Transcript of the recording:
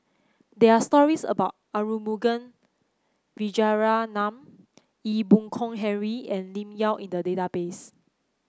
there are stories about Arumugam Vijiaratnam Ee Boon Kong Henry and Lim Yau in the database